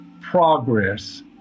progress